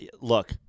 look